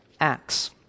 Acts